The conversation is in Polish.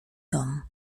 dom